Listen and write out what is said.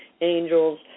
angels